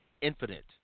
Infinite